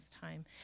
time